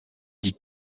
dit